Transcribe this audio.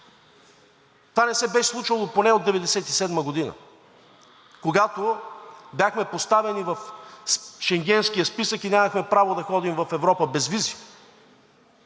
Това не се беше случвало поне от 1997 г., когато бяхме поставени в Шенгенския списък и нямахме право да ходим в Европа без визи